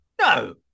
No